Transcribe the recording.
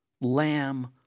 Lamb